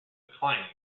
declining